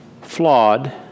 flawed